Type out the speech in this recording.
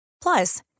Plus